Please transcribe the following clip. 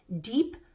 deep